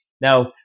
now